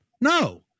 No